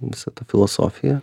visa ta filosofija